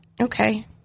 Okay